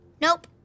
Nope